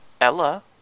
Ella